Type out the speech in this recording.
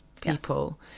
people